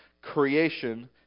Creation